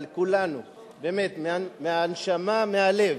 אבל כולנו, באמת מהנשמה, מהלב,